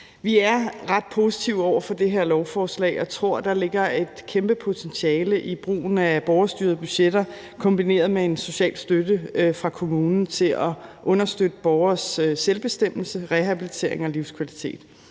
Vi er ret positive over for det her lovforslag og tror, at der ligger et kæmpe potentiale i brugen af borgerstyrede budgetter kombineret med en social støtte fra kommunen til at understøtte borgeres selvbestemmelse, rehabilitering og livskvalitet.